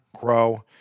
grow